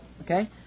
okay